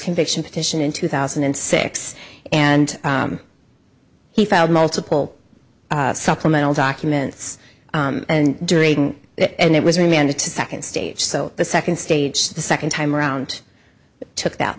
conviction petition in two thousand and six and he found multiple supplemental documents and during it and it was remanded to second stage so the second stage the second time around took that